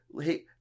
Hey